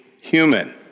human